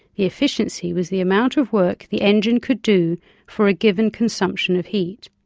the efficiency was the amount of work the engine could do for a given consumption of heat.